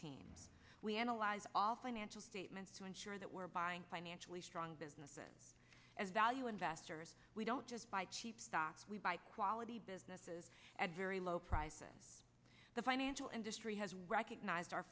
team we analyze all financial statements to ensure that we're buying financially strong businesses as value investors we don't just buy cheap stocks we buy quality businesses at very low prices the financial industry has recognized our